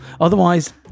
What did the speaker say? otherwise